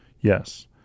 Yes